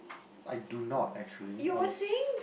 I do not actually I was